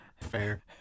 Fair